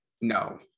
No